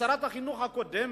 לשרת החינוך הקודמת,